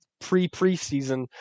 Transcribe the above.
pre-preseason